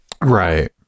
Right